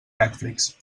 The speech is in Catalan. netflix